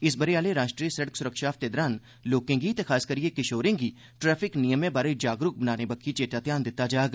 इस ब'रे आह्ले राष्ट्री सिड़क सुरक्षा हफ्ते दौरान लोकें गी ते खासकरियै किशोरें गी ट्रैफिक नियमें बारै जागरूक बनाने बक्खी चेचा ध्यान दित्ता जाग